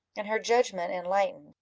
and her judgment enlightened,